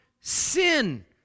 sin